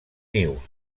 nius